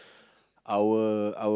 our our